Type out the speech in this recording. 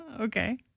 Okay